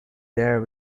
there